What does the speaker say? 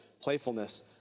playfulness